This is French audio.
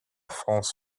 france